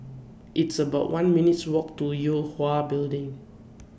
It's about one minutes' Walk to Yue Hwa Building